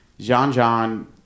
Jean-Jean